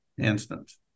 instance